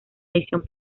edición